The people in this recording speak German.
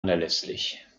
unerlässlich